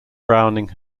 browning